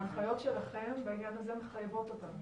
ההנחיות שלכם בעניין הזה מחייבות אותם?